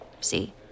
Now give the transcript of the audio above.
See